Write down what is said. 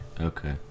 Okay